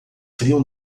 frio